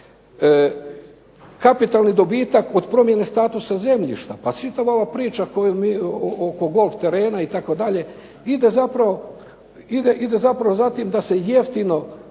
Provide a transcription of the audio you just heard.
Kapitalni dobitak od promjene statusa zemljišta, pa sva ta priča oko golf terena itd. ide zapravo za tim da se jeftino